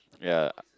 ya